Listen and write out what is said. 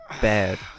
bad